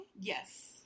Yes